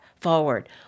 forward